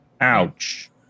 ouch